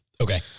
Okay